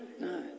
No